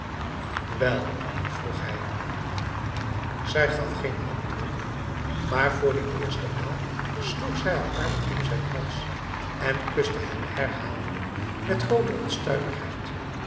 welf vroeg hij zij gaf geen antwoord maar voor de eerste maal sloeg zij haar armen om zijn hals en kuste hem herhaaldelijk met grote onstuimigheid